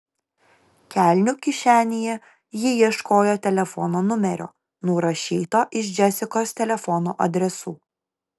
kelnių kišenėje ji ieškojo telefono numerio nurašyto iš džesikos telefono adresų